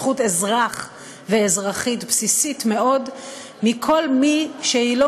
זכות אזרח ואזרחית בסיסית מאוד מכל מי שהיא לא